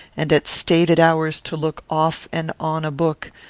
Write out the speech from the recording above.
and at stated hours to look off and on a book,